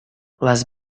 les